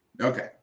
Okay